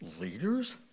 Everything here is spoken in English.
leaders